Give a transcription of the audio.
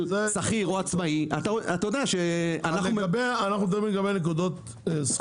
אנחנו מדברים עכשיו על נקודות זיכוי,